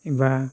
एबा